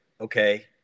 okay